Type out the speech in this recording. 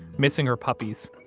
missing her puppies,